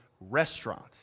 restaurant